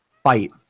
fight